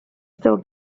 still